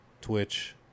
Twitch